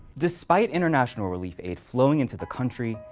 despite international relief aid flowing into the country,